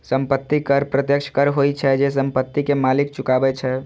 संपत्ति कर प्रत्यक्ष कर होइ छै, जे संपत्ति के मालिक चुकाबै छै